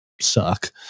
Suck